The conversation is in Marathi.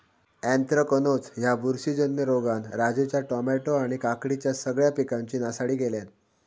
अँथ्रॅकनोज ह्या बुरशीजन्य रोगान राजूच्या टामॅटो आणि काकडीच्या सगळ्या पिकांची नासाडी केल्यानं